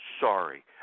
sorry –